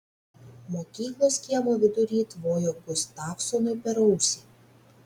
mokyklos kiemo vidury tvojo gustavsonui per ausį